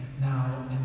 now